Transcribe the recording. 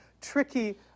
tricky